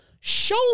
Show